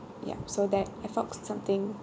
yup so that I felt something